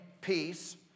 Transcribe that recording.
peace